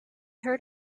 heard